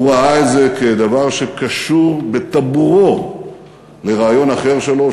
הוא ראה את זה כדבר שקשור בטבורו לרעיון אחר שלו,